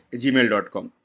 gmail.com